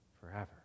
Forever